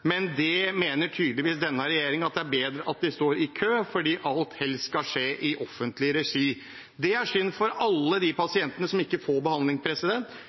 Men denne regjeringen mener tydeligvis at det er bedre at de står i kø, fordi alt helst skal skje i offentlig regi. Det er synd for alle de pasientene som ikke får behandling.